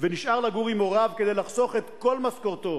ונשאר לגור עם הוריו כדי לחסוך את כל משכורתו